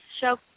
show